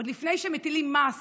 עוד לפני שמטילים מס